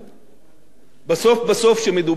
בסוף בסוף, כשמדובר בביטחוננו,